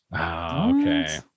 Okay